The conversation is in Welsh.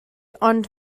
ond